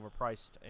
overpriced